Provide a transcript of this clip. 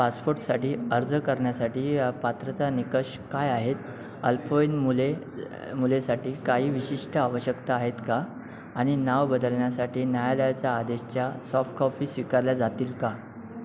पासपोर्टसाठी अर्ज करण्यासाठी पात्रता निकष काय आहेत अल्पवयीन मुले मुलेसाठी काही विशिष्ट आवश्यकता आहेत का आणि नाव बदलण्यासाठी न्यायालयाचा आदेशच्या सॉफ्टकॉपी स्वीकारल्या जातील का